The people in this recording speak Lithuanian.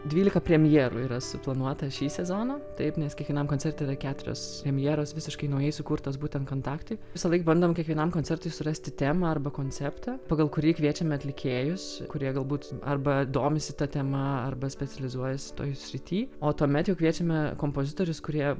dvylika premjerų yra suplanuota šį sezoną taip nes kiekvienam koncerte yra keturios premjeros visiškai naujai sukurtos būtent kontaktui visąlaik bandom kiekvienam koncertui surasti temą arba konceptą pagal kurį kviečiame atlikėjus kurie galbūt arba domisi ta tema arba specializuojasi toj srity o tuomet jau kviečiame kompozitorius kurie